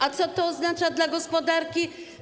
A co to oznacza dla gospodarki?